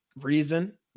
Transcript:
reason